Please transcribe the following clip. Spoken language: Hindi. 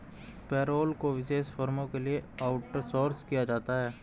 पेरोल को विशेष फर्मों के लिए आउटसोर्स किया जाता है